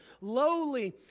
lowly